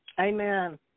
Amen